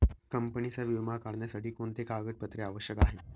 कंपनीचा विमा काढण्यासाठी कोणते कागदपत्रे आवश्यक आहे?